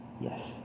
Yes